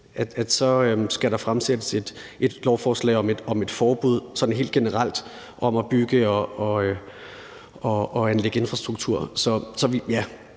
at så skal der fremsættes et lovforslag om et forbud om sådan helt generelt at bygge og anlægge infrastruktur.